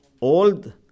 old